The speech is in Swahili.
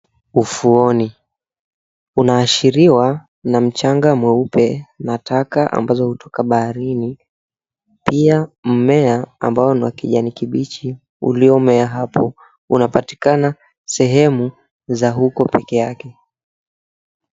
Ufuoni unaashiriwa na mchanga mweupe na taka ambazo hutoka baharini. Pia, mmea ambayo ni wa kijani kibichi uliomea hapo unapatikana sehemu za huko peke yake.